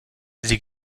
sie